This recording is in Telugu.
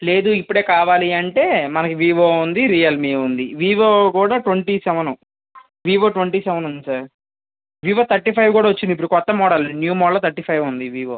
లేదు ఇప్పుడే కావాలి అంటే మనకి వివో ఉంది రియల్ మీ ఉంది వివో కూడా twenty seven Vivo twenty seven ఉంది సార్ వివో థర్టీ ఫైవ్ కూడా వచ్చింది సార్ కొత్త model new model thirty five ఉంది వివో